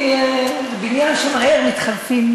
אני, זה בניין שמהר מתחלפים בו.